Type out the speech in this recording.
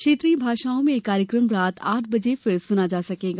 क्षेत्रीय भाषाओं में यह कार्यक्रम रात आठ बजे फिर सुना जा सकेगा